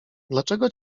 dlaczego